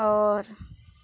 आओर